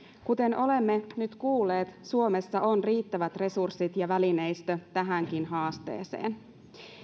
kuten olemme nyt kuulleet suomessa on riittävät resurssit ja välineistö tähänkin haasteeseen